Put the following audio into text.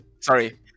sorry